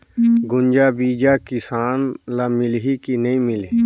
गुनजा बिजा किसान ल मिलही की नी मिलही?